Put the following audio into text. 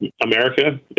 America